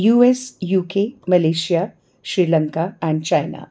US UK Malaysia Sri Lanka and China